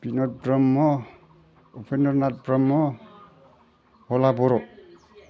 बिनद ब्रह्म उपेन्द्रनाथ ब्रह्म हला बर'